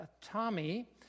Tommy